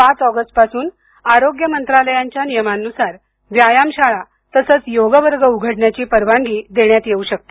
पाच ऑगस्ट पासून आरोग्य मंत्रालयांच्या नियमानुसार व्यायामशाळा योग वर्ग उघडण्याची परवानगी देण्यात येऊ शकते